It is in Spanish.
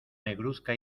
negruzca